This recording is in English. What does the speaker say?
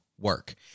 work